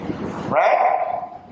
Right